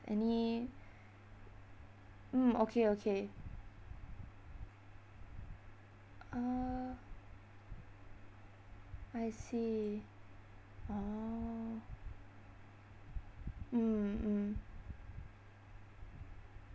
any mm okay okay uh I see orh mm mm